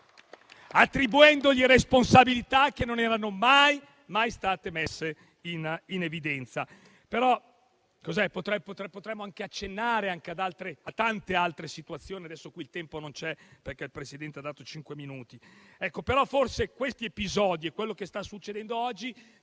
attribuendogli responsabilità che non erano mai state messe in evidenza. Potremmo anche accennare a tante altre situazioni - adesso il tempo non c'è, perché il Presidente ha dato cinque minuti per Gruppo - però forse questi episodi e quello che sta succedendo oggi